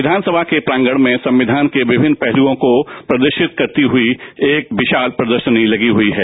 विधानसभा के प्रांगण में संविधान के विभिन्न पहलुओं को प्रदर्शित करती हुई एक विशाल प्रदर्शनी लगी हुई है